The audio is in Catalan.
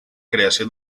creació